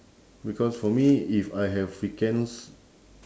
because for me if I have weekends